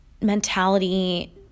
mentality